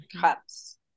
cups